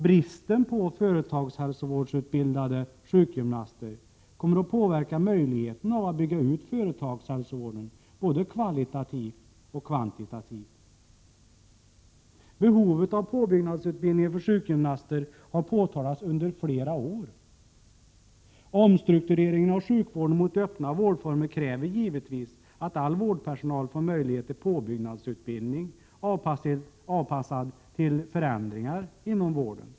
Bristen på företagshälsovårdsutbildade sjukgymnaster kommer att påverka möjligheten att bygga ut företagshälsovården både kvalitativt och kvantitativt. Behovet av påbyggnadsutbildning för sjukgymnaster har påtalats under flera år. Omstruktureringen av sjukvården mot öppna vårdformer kräver givetvis att all vårdpersonal får möjlighet till påbyggnadsutbildning avpassad till förändringarna inom vården.